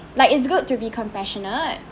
like it's good to be compassionate